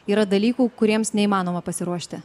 yra dalykų kuriems neįmanoma pasiruošti